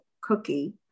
cookie